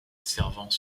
servant